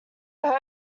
are